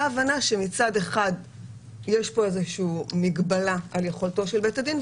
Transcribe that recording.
הבנה שמצד אחד יש פה איזושהי מגבלה על יכולתו של בית הדין,